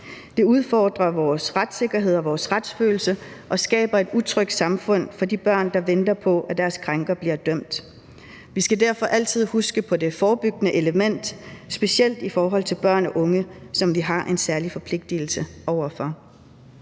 Det udfordrer vores retssikkerhed og vores retsfølelse og skaber et utrygt samfund for de børn, der venter på, at deres krænker bliver dømt. Vi skal derfor altid huske på det forebyggende element, specielt i forhold til børn og unge, som vi har en særlig forpligtelse over for.